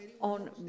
on